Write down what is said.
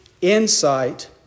insight